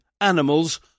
animals